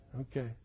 Okay